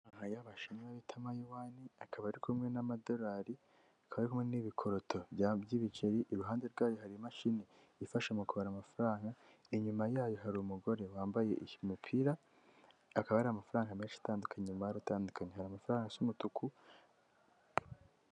Ayabashinwa bita amayowani, akaba ari kumwe n'amadorari kabehu n'ibikoroto by'ibiceri iruhande rwayo hari imashini ifashe mu kubara amafaranga, inyuma yayo hari umugore wambaye iyi mipira akaba ari amafaranga menshi atandukanye marutandukanye hari amafaranga'umutuku.